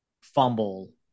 fumble